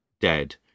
dead